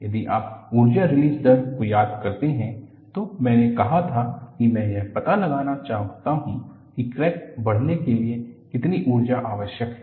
यदि आप ऊर्जा रिलीज दर को याद करते हैं तो मैंने कहा था कि मैं यह पता लगाना चाहता हूं कि क्रैक बढ़ने के लिए कितनी ऊर्जा आवश्यक है